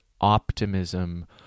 optimism